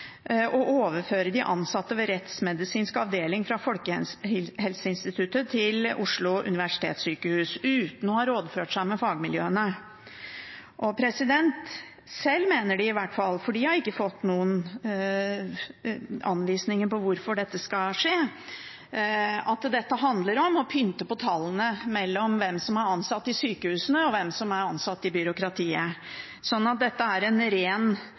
å overføre de ansatte ved rettsmedisinsk avdeling på Folkehelseinstituttet til Oslo universitetssykehus, uten å ha rådført seg med fagmiljøene. Selv mener de i hvert fall – for de har ikke fått noen anvisninger på hvorfor dette skal skje – at dette handler om å pynte på tallene om hvem som er ansatt i sykehusene, og hvem som er ansatt i byråkratiet.